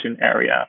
area